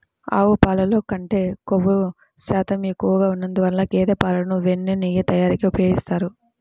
ఆవు పాలల్లో కంటే క్రొవ్వు శాతం ఎక్కువగా ఉన్నందువల్ల గేదె పాలను వెన్న, నెయ్యి తయారీకి ఉపయోగిస్తారు